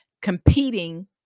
competing